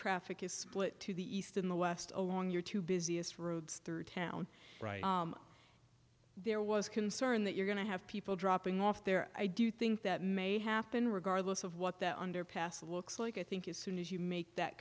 traffic is split to the east in the west along your two busiest routes through town right there was concern that you're going to have people dropping off there i do think that may happen regardless of what the underpass looks like i think is soon as you make that